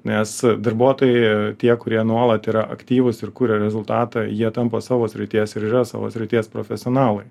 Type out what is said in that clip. nes darbuotojai tie kurie nuolat yra aktyvūs ir kuria rezultatą jie tampa savo srities ir yra savo srities profesionalai